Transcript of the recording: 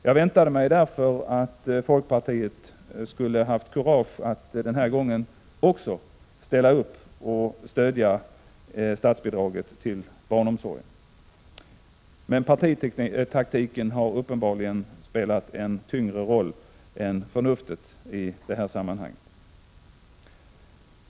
Jag väntade mig därför att folkpartiet skulle haft kurage att den här gången också ställa upp och stödja statsbidraget till barnomsorgen. — Prot. 1986/87:135 Men partitaktiken har uppenbarligen spelat en tyngre roll än förnuftetidet = 3 juni 1987 här sammanhanget.